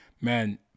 Man